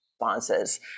Responses